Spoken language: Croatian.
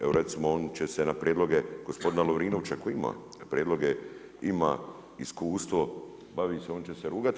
Evo recimo oni će se na prijedloge gospodina Lovrinovića koji ima prijedloge, ima iskustvo bavi se, on će se rugati.